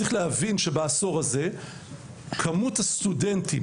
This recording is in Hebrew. צריך להבין שבעשור הזה מספר הסטודנטים